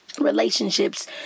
Relationships